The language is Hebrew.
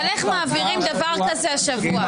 אבל איך מעבירים דבר כזה השבוע?